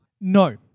No